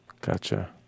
Gotcha